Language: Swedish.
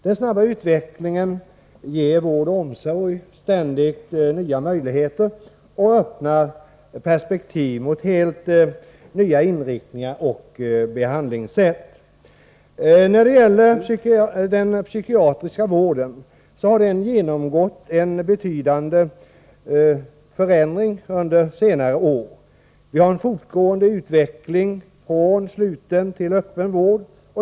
Den snabba utvecklingen ger vården och omsorgen ständigt nya möjligheter och öppnar perspektiv mot helt nya inriktningar och behandlingssätt. Den psykiatriska vården har genomgått betydande förändringar under senare år. Vi har en fortgående utveckling från sluten till öppen vård.